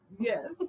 Yes